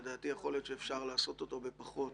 לדעתי, יכול להיות שאפשר לעשות אותו בפחות.